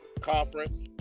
conference